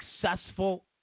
successful